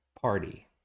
party